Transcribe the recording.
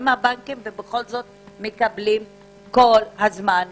אבל הבנקים אומרים: זה הכסף שלנו.